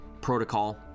protocol